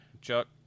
Chuck